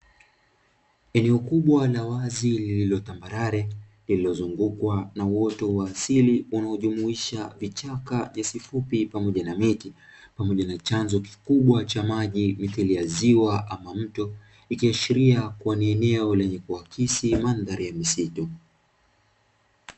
Eneo kubwa la wazi lililo tambarare lililozungukwa na uoto wa asili unaojumuisha vichaka, nyasi fupi pamoja na miti pamoja na chanzo kikubwa cha maji mithili ya ziwa ama mto, ikiashiria kuwa ni eneo lenye kuakisi mandhari ya misitu.